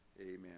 Amen